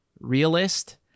realist